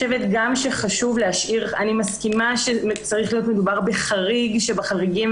אני מסכימה שצריך להיות מדובר בחריג שבחריגים